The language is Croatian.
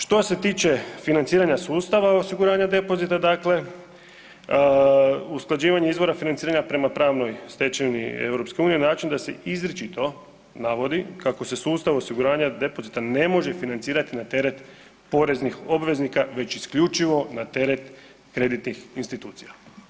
Što se tiče financiranja sustava osiguranja depozita, dakle usklađivanje izvora financiranja prema pravnoj stečevini EU na način da se izričito navodi kako se sustav osiguranja depozita ne može financirati na teret poreznih obveznika već isključivo na teret kreditnih institucija.